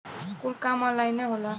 कुल काम ऑन्लाइने होला